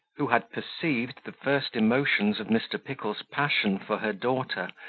who had perceived the first emotions of mr. pickle's passion for her daughter,